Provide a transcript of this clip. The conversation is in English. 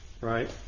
right